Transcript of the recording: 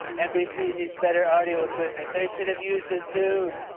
nbc needs better audio equipment. they should have used a zune.